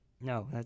no